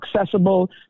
accessible